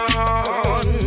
on